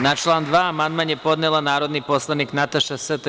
Na član 2. amandman je podnela narodni poslanik Nataša St.